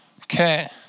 Okay